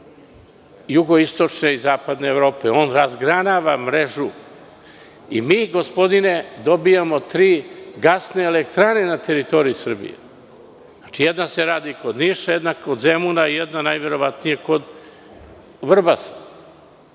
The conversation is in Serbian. jugoistočne i zapadne Evrope. On razgranava mrežu i mi dobijamo tri gasne elektrane na teritoriji Srbije. Jedna se radi kod Niša, jedna kod Zemuna, jedna najverovatnije kod Vrbasa.